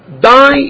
die